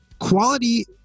Quality